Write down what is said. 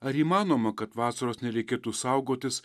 ar įmanoma kad vasaros nereikėtų saugotis